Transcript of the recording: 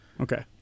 Okay